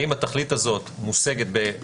האם התכלית הזאת חשובה?